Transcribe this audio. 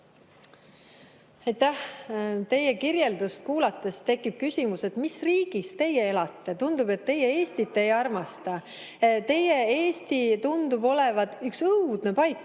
Teie kirjeldust kuulates tekib küsimus, mis riigis teie elate. Tundub, et teie Eestit ei armasta. Teie Eesti tundub olevat üks õudne paik.